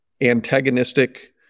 antagonistic